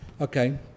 Okay